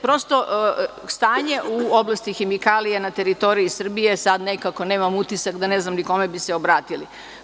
Prosto, stanje u oblasti hemikalija na teritoriji Srbije, sad nekako nemam utisak, da ne znam ni kome bi se obratili.